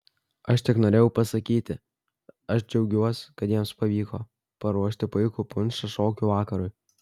aš tik norėjau pasakyti aš džiaugiuosi kad jiems pavyko paruošti puikų punšą šokių vakarui